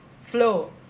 flow